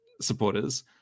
supporters